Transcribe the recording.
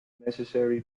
necessary